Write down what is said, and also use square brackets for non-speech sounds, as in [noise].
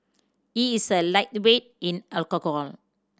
he is a lightweight in [unintelligible]